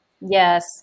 yes